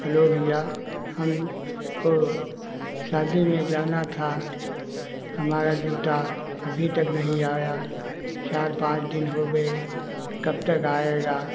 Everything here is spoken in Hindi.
हलो भइया हमको शादी में जाना था हमारा जूता अभी तक नहीं आया चार पाँच दिन हो गए कब तक आएगा